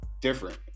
different